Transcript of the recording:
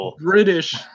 british